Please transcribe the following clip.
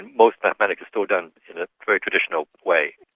most mathematics is still done in a very traditional way.